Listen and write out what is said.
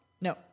No